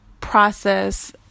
process